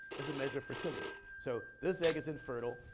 is a measure of fertility. so, this egg is infertile.